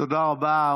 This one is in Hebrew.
תודה רבה.